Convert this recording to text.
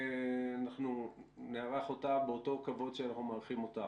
אנחנו נארח אותה באותו כבוד שאנחנו מארחים אותך.